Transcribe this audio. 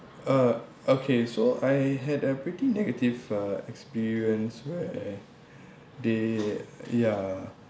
uh okay so I had a pretty negative uh experience where they ya